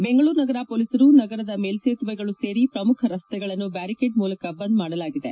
ಬೆಂಗಳೂರು ನಗರ ಪೊಲೀಸರು ನಗರದ ಮೇಲ್ಯೇತುವೆಗಳು ಸೇರಿ ಪ್ರಮುಖ ರಸ್ತೆಗಳನ್ನು ಬ್ಲಾರಿಕೇಡ್ ಮೂಲಕ ಬಂದ್ ಮಾಡಲಾಗಿದೆ